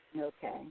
Okay